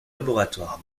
laboratoires